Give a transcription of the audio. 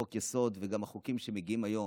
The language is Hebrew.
חוק-יסוד, וגם החוקים שמגיעים היום,